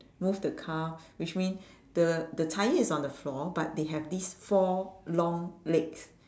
move the car which mean the the tyre is on the floor but they have these four long legs